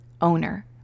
owner